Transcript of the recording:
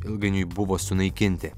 ilgainiui buvo sunaikinti